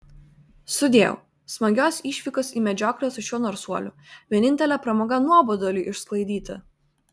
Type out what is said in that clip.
sudieu smagios išvykos į medžioklę su šiuo narsuoliu vienintelė pramoga nuoboduliui išsklaidyti